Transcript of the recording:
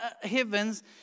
heavens